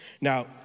Now